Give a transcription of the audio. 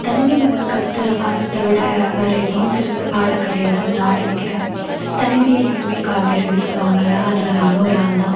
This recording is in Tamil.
தனிமை நமக்கு கற்றுத் தர பாடத்தை விட வேற எதுவும் சிறந்த பாடம் கிடையாதுனு நான் நினைக்கிறேன் தனிமையில் இனிமை காண்பீர்கள்னு சொல்வாங்கல்ல அதில் நானும் ஒரு ஆள் தான்